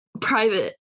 private